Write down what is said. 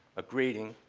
a greeting,